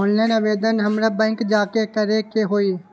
Online आवेदन हमरा bank जाके करे के होई?